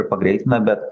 pagreitina bet